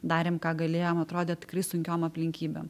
darėm ką galėjom atrodė tikri sunkiom aplinkybėm